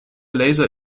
laser